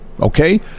Okay